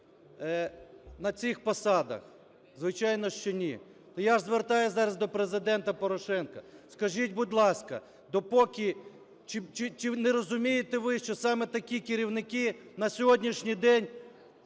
на цих посадах? Звичайно, що ні. Я звертаюсь зараз до Президента Порошенка. Скажіть, будь ласка, допоки, чи не розумієте ви, що саме такі керівники на сьогоднішній день,